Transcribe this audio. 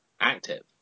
active